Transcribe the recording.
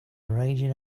raging